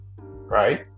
right